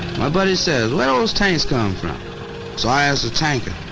my buddy says, where all those tanks coming from? so i asked a tanker,